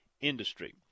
industry